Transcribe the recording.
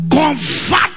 convert